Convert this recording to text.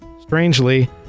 Strangely